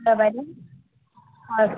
হয় বাইদেউ হয়